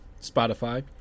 Spotify